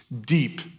deep